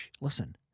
listen